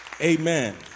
Amen